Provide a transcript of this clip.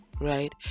Right